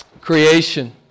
creation